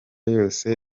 yose